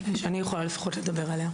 שאני לפחות יכולה לדבר עליה.